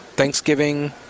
Thanksgiving